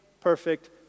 perfect